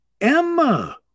Emma